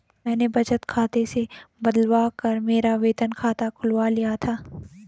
मैंने बचत खाते से बदलवा कर मेरा वेतन खाता खुलवा लिया था